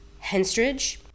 Henstridge